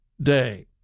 day